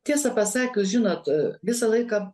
tiesą pasakius žinot visą laiką